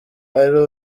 ari